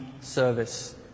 service